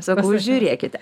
sakau žiūrėkite